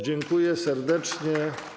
Dziękuję serdecznie.